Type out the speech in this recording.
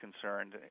concerned